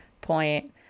point